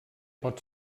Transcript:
pot